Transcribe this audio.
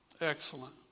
Excellent